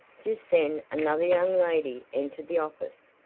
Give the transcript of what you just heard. just then another young lady entered the office.